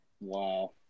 Wow